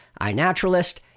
iNaturalist